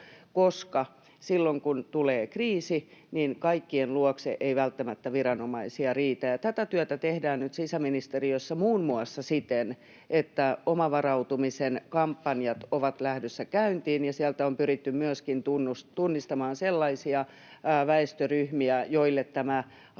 koska silloin kun tulee kriisi, niin kaikkien luokse ei välttämättä viranomaisia riitä. Ja tätä työtä tehdään nyt sisäministeriössä muun muassa siten, että omavarautumisen kampanjat ovat lähdössä käyntiin. On pyritty myöskin tunnistamaan sellaisia väestöryhmiä, joille tämä asia